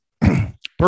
perfect